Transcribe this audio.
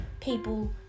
people